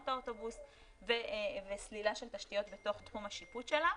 האוטובוס וסלילה של תשתיות בתוך תחום השיפוט שלה.